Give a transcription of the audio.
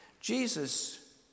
Jesus